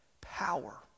power